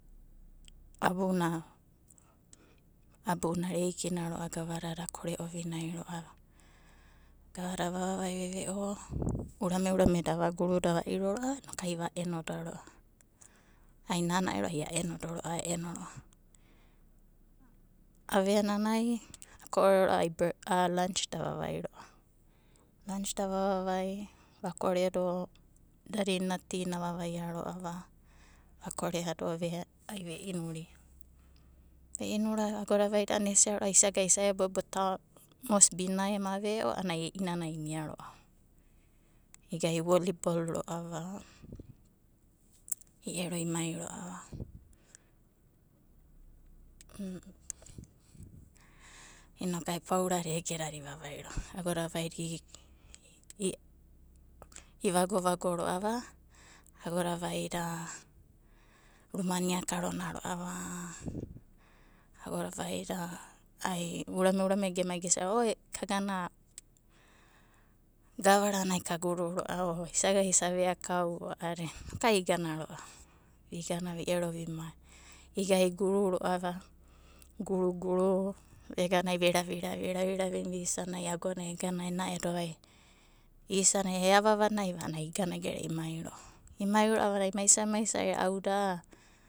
Abuna areikina ro'ava gavadad akore ovinai ro'ava, gavada vavai geve'o inokai ura urameda avaguruda va'iro ro'ava inoku ai enoda ro'ava. Nana ero ai a'eno ro'ava. Aveai ako'ore ro'ava a'anai lanch da avavai ro'ava. Lanch da vavavai vakoredo dadina ena ti na avavaia ro'ava akoreado ai ve'inuria. E'inura ro'ava agodavaida a'anai vesia isaga isa eboebo mosbinai ema ve'o a'ana i'inanai imia ro'ava. Iga ivolibol ro'ava i'eroimai ro'ava. Inoku ai paurada agedada ivavai ro'ava. Vaida ivagovago ro'ava, agoda vaida rumana iakarona ro'ava, agoda vaida a'anai ura urameda gemai gesia ro'ava oi kagana gavarana kaguru o isaga isa veakau a'adina inokai igana ro'ava. Vigana iguru engana agona ega isana eava vanai va a'ani iganagere'a imairo'ava. Imai ro'ava a'anai maisarimaisari auda.